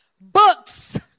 Books